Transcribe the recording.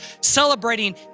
celebrating